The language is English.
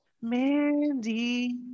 Mandy